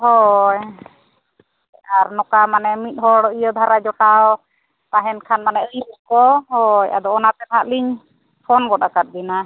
ᱦᱳᱭ ᱟᱨ ᱱᱚᱝᱠᱟ ᱢᱤᱫ ᱦᱚᱲ ᱤᱭᱟᱹ ᱫᱷᱟᱨᱟ ᱡᱚᱴᱟᱣ ᱛᱟᱦᱮᱱ ᱠᱷᱟᱱ ᱢᱟᱱᱮ ᱟᱹᱭᱩᱨ ᱠᱚ ᱟᱫᱚ ᱚᱱᱟᱛᱮ ᱱᱟᱦᱟᱜ ᱞᱤᱧ ᱯᱷᱳᱱ ᱜᱚᱫ ᱠᱟᱫ ᱵᱤᱱᱟ